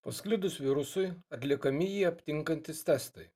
pasklidus virusui atliekami jį aptinkantys testai